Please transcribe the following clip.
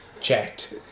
checked